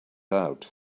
out